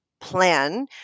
plan